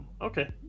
Okay